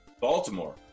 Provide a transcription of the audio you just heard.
Baltimore